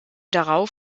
darauf